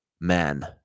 man